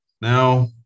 Now